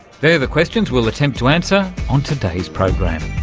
they're the questions we'll attempt to answer on today's program.